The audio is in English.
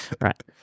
right